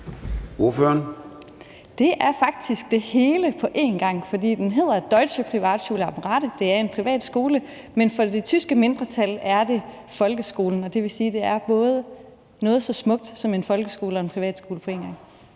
Den er faktisk det hele på en gang, for den hedder Deutsche Privatschule Apenrade. Det er en privat skole, men for det tyske mindretal er det en folkeskole, og det vil sige, at det er noget så smukt som en folkeskole og en privatskole på en gang.